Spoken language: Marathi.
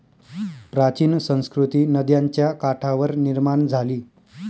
प्राचीन संस्कृती नद्यांच्या काठावर निर्माण झाली